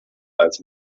als